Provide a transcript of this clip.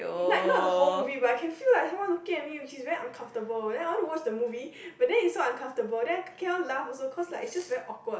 like not the whole movie but I can feel like someone looking at me which is very uncomfortable and then I want to watch the movie but then is so uncomfortable then cannot laugh also cause it's like just very awkward